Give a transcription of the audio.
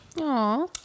Aw